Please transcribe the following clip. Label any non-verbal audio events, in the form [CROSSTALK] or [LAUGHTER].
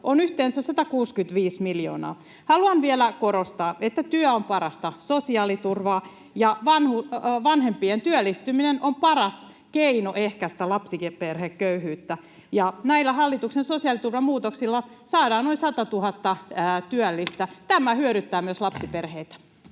ovat yhteensä 165 miljoonaa. Haluan vielä korostaa, että työ on parasta sosiaaliturvaa ja vanhempien työllistyminen on paras keino ehkäistä lapsiperheköyhyyttä. Näillä hallituksen sosiaaliturvamuutoksilla saadaan noin satatuhatta työllistä. [NOISE] Tämä hyödyttää myös lapsiperheitä.